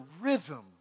rhythm